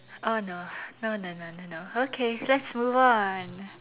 oh no no no no no no okay let's move on